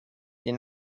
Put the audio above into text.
die